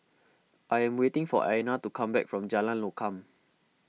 I am waiting for Ayanna to come back from Jalan Lokam